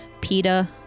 PETA